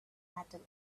battle